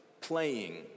playing